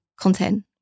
content